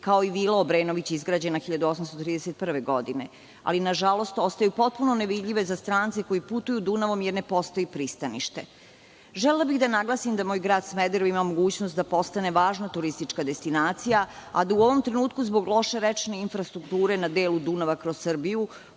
kao i Vila Obrenović izgrađena 1831. godine, ali nažalost ostaju potpuno nevidljive za strance koji putuju Dunavom jer ne postoji pristanište. Želela bih da naglasim da moj grad Smederevo ima mogućnost da postane važno turistička destinacija, a da u ovom trenutku zbog loše rečne infrastrukture na delu Dunava kroz Srbiju